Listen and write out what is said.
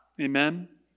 Amen